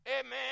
amen